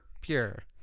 Pure